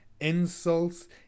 insults